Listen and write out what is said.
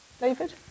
David